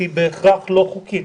היא בהכרח לא חוקית.